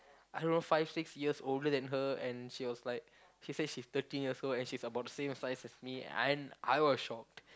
I don't know five six years older than her and she was like she said she's thirteen years old and she's about the same size as me and I was shocked